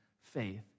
faith